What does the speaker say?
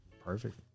Perfect